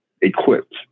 equipped